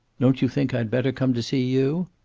don't you think i'd better come to see you?